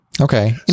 Okay